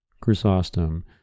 Chrysostom